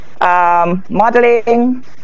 modeling